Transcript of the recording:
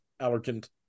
Allergent